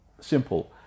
simple